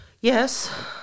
Yes